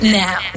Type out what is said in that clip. now